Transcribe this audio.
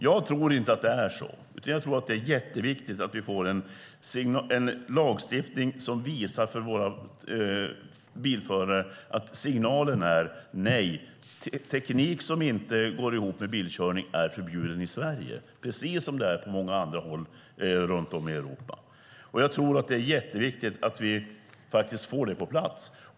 Jag tror inte att det är så, utan jag tror att det är jätteviktigt att vi får en lagstiftning som visar för våra bilförare att signalen är: Nej, teknik som inte går ihop med bilkörning är förbjuden i Sverige, precis som det är på många andra håll runt om i Europa. Jag tror att det är jätteviktigt att vi får det på plats.